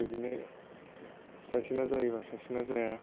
बिदिनो सासेना जायोबा सासेना जाया